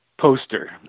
Poster